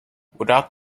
without